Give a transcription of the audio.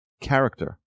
character